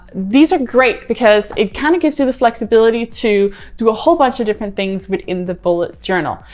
these are great because it kind of gives you the flexibility to do a whole bunch of different things within the bullet journal.